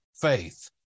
faith